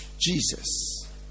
Jesus